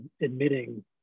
admitting